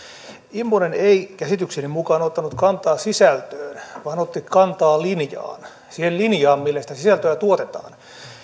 immonen ei käsitykseni mukaan ottanut kantaa sisältöön vaan otti kantaa linjaan siihen linjaan millä sitä sisältöä tuotetaan